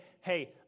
hey